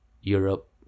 europe